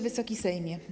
Wysoki Sejmie!